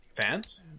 fans